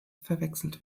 verwechselt